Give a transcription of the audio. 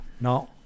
No